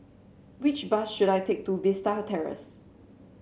which bus should I take to Vista Terrace